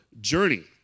journey